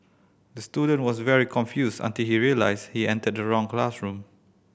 the student was very confused until he realised he entered the wrong classroom